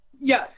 Yes